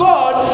God